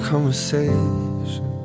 Conversation